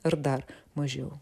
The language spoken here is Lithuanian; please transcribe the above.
ar dar mažiau